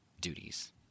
duties